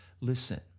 Listen